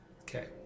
Okay